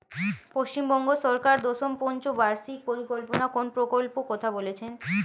পশ্চিমবঙ্গ সরকার দশম পঞ্চ বার্ষিক পরিকল্পনা কোন প্রকল্প কথা বলেছেন?